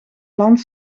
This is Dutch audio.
land